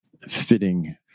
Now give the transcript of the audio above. fitting